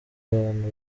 abantu